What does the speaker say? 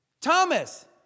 Thomas